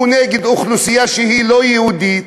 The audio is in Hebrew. הוא נגד אוכלוסייה שהיא לא יהודית.